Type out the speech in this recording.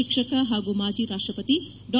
ಶಿಕ್ಷಕ ಹಾಗೂ ಮಾಜಿ ರಾಷ್ಟ ಪತಿ ಡಾ